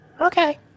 Okay